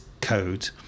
code